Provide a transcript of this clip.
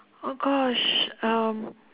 oh gosh um